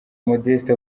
modeste